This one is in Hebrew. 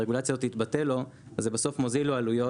הרגולציה הזאת תתבטל לו - זה בסוף מוזיל לו עלויות.